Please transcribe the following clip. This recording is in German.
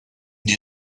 dir